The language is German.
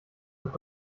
mit